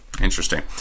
Interesting